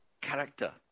Character